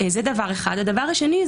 דבר שני,